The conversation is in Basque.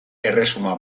erresuma